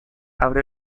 abre